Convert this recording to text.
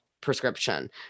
prescription